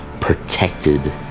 protected